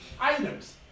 items